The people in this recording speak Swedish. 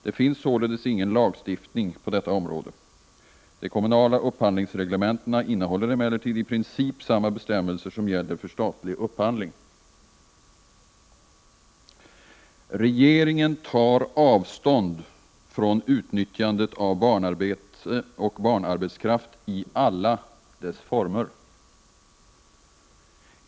Det finns således ingen lagstiftning på detta område. De kommunala upphandlingsreglementena innehåller emellertid i princip samma bestämmelser som gäller för statlig upphandling. Regeringen tar avstånd från utnyttjandet av barnarbetskraft i alla dess former.